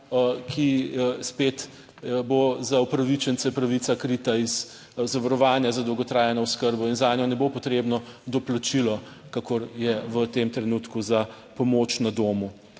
ki spet bo za upravičence pravica krita iz zavarovanja za dolgotrajno oskrbo in zanjo ne bo potrebno doplačilo, kakor je v tem trenutku za pomoč na domu.